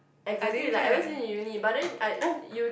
exactly like ever seen in uni but then I